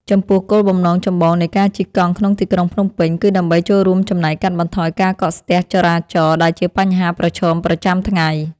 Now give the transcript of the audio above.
ចំពោះគោលបំណងចម្បងនៃការជិះកង់ក្នុងទីក្រុងភ្នំពេញ គឺដើម្បីចូលរួមចំណែកកាត់បន្ថយការកកស្ទះចរាចរណ៍ដែលជាបញ្ហាប្រឈមប្រចាំថ្ងៃ។